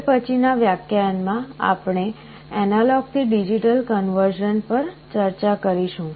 હવે પછીનાં વ્યાખ્યાનમાં આપણે એનાલોગ થી ડિજિટલ કન્વર્ઝન પર ચર્ચા શરૂ કરીશું